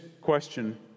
question